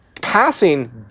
passing